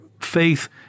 faith